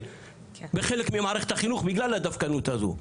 בחלק ממערכת החינוך בגלל הדווקנות הזו.